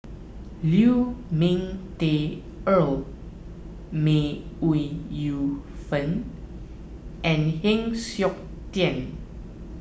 Lu Ming Teh Earl May Yu Fen and Heng Siok Tian